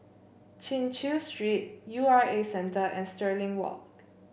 Chin Chew Street U R A Centre and Stirling Walk